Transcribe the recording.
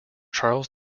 charles